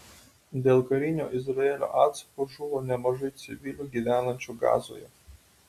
dėl karinio izraelio atsako žuvo nemažai civilių gyvenančių gazoje